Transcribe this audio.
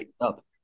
up